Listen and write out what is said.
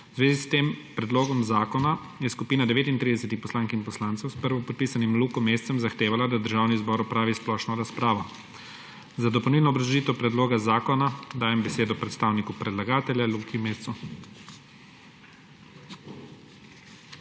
V zvezi s tem predlogom zakona je skupina 39 poslank in poslancev s prvopodpisanim Lukom Mescem zahtevala, da Državni zbor opravi splošno razpravo. Za dopolnilno obrazložitev predloga zakona dajem besedo predstavniku predlagatelja Luki Mesecu.